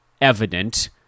evident